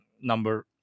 number